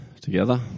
together